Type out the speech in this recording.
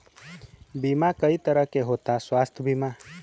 बीमा कई तरह के होता स्वास्थ्य बीमा?